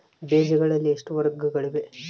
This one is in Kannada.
ಬೇಜಗಳಲ್ಲಿ ಎಷ್ಟು ವರ್ಗಗಳಿವೆ?